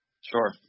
Sure